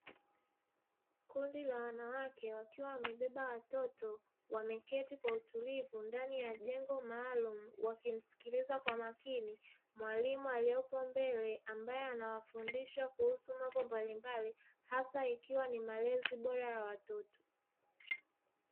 kundi la wanawake wakiwa wamebeba watoto, wameketi kwa utulivu ndani ya jengo maalumu, wakimsikiliza kwa makini mwalimu aliepo mbele, akiwa anawafundisha mambo mbalimbali hasa ikiwa ni malezi bora ya watoto.